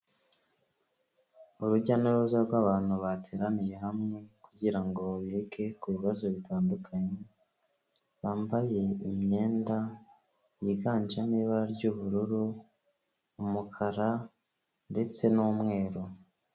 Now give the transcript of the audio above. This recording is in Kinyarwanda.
Urujya n'uruza rw'abantu bateraniye hamwe kugira ngo bige ku bibazo bitandukanye, bambaye imyenda yiganjemo ibara ry'ubururu, umukara ndetse n'umweru.